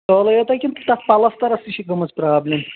ٹٲلٕے یٲتۍ کِنہٕ تس پَلسترس تہِ چھِ گٔمٕژ پرابلم